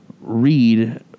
read